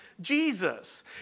Jesus